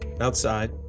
Outside